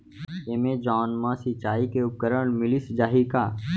Amazon मा सिंचाई के उपकरण मिलिस जाही का?